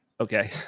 Okay